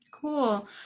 Cool